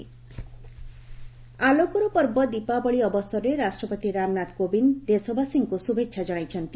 ପ୍ରେଜ୍ ଦିୱାଲୀ ଆଲୋକର ପର୍ବ ଦୀପାବଳି ଅବସରରେ ରାଷ୍ଟ୍ରପତି ରାମନାଥ କୋବିନ୍ଦ ଦୋବାସୀଙ୍କୁ ଶୁଭେଚ୍ଛା ଜଣାଇଛନ୍ତି